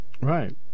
Right